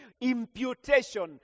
imputation